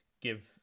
give